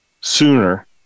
sooner